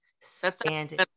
standing